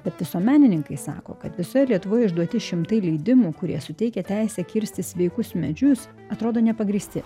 bet visuomenininkai sako kad visoje lietuvoje išduoti šimtai leidimų kurie suteikia teisę kirsti sveikus medžius atrodo nepagrįsti